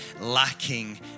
lacking